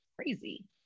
crazy